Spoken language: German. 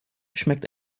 schmeckt